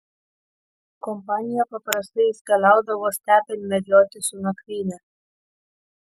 kompanija paprastai iškeliaudavo stepėn medžioti su nakvyne